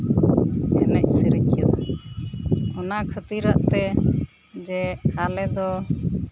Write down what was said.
ᱮᱱᱮᱡ ᱥᱮᱨᱮᱧ ᱠᱮᱫᱟ ᱚᱱᱟ ᱠᱷᱟᱹᱛᱤᱨᱟᱜ ᱛᱮ ᱡᱮ ᱟᱞᱮ ᱫᱚ